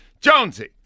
Jonesy